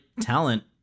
talent